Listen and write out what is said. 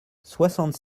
soixante